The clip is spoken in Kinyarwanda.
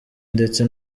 ndetse